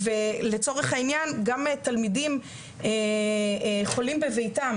ולצורך הענין גם תלמידים חולים בביתם